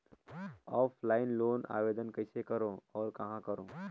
Offline loan आवेदन कइसे करो और कहाँ करो?